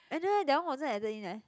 and then that one wasn't added in eh